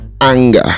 anger